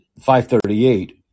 538